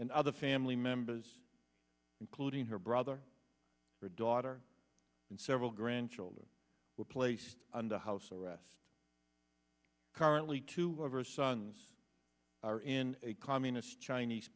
and other family members including her brother her daughter and several grandchildren were placed under house arrest currently two over sons are in a communist chinese